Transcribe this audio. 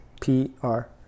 P-R